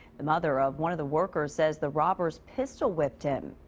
the mother of one of the workers says. the robbers pistol whipped him.